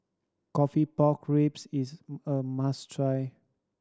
coffee pork ribs is a must try